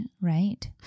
Right